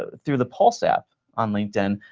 ah through the pulse app on linkedin,